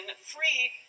free